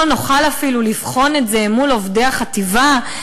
לא נוכל אפילו לבחון את זה מול עובדי החטיבה,